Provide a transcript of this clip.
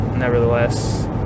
Nevertheless